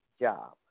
job